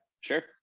sure